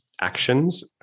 actions